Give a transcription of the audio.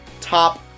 top